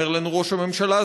אומר לנו ראש הממשלה,